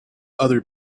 other